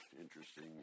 interesting